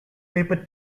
paper